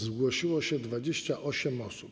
Zgłosiło się 28 osób.